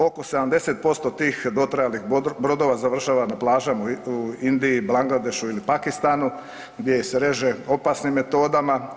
Oko 70% tih dotrajalih brodova završava na plažama u Indiji, Bangladešu ili Pakistanu gdje se reže opasnim metodama.